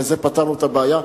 בזה פתרנו את הבעיה?